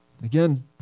Again